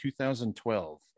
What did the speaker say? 2012